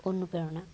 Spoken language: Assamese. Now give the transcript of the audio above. অনুপ্ৰেৰণা